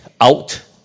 out